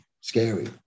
scary